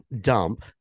Dump